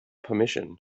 permission